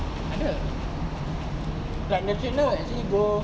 ada like the trainer will actually go